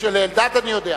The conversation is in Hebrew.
לאלדד אני יודע.